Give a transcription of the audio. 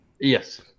Yes